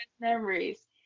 memories